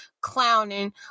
clowning